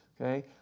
okay